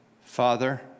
Father